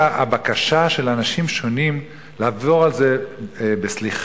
הבקשה של אנשים שונים לעבור על זה בסליחה,